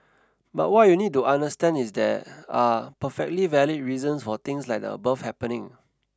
but what you need to understand is there are perfectly valid reasons for things like the above happening